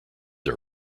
are